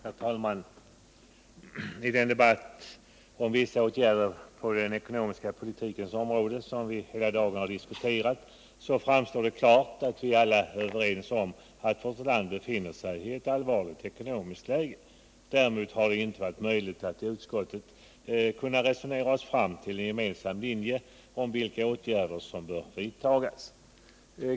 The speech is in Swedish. Herr talman! Av den debatt om vissa åtgärder på den ekonomiska politikens område som vi hela dagen har fört framgår det mycket klart att vi alla är överens om att vårt land befinner sig i ett allvarligt ekonomiskt läge. Däremot har det inte varit möjligt att i utskottet resonera oss fram till en gemensam linje när det gäller vilka åtgärder som bör vidtas.